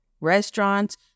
Restaurants